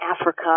Africa